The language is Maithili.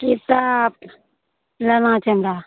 किताब लेना छै हमरा